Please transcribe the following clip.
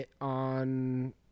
on